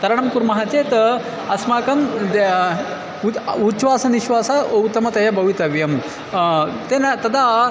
तरणं कुर्मः चेत् अस्माकं उच्छ्वासः निश्वासः उत्तमतया भवितव्यं तेन तदा